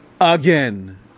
Again